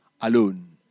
alone